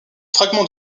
fragment